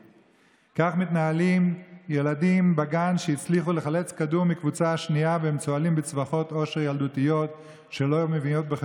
כי אני חושב שזה נושא חשוב ביותר.